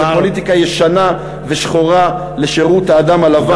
זו פוליטיקה ישנה ושחורה לשירות האדם הלבן,